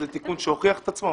זה תיקון שהוכיח את עצמו.